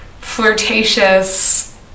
flirtatious